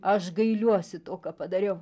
aš gailiuosi to ką padariau